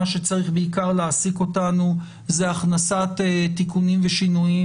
מה שצריך בעיקר להעסיק אותנו זה הכנסת תיקונים ושינויים